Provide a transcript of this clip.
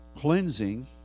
Cleansing